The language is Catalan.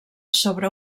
sobre